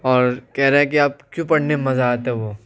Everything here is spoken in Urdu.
اور کہہ رہے ہیں کہ آپ کیوں پڑھنے میں مزہ آتا ہے وه